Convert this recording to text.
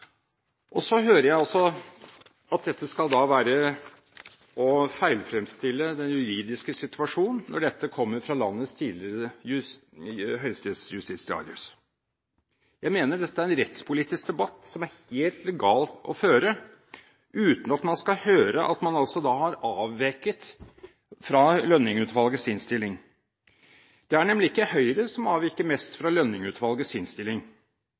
Så hører jeg at det skal være å feilfremstille den juridiske situasjon når dette kommer fra landets tidligere høyesterettsjustitiarius. Jeg mener dette er en rettspolitisk debatt som er helt legal å føre, uten at man skal få høre at man har avveket fra Lønning-utvalgets innstilling. Det er nemlig ikke Høyre som avviker mest fra Lønning-utvalgets innstilling.